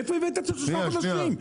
מאיפה הבאת את השלושה חודשים?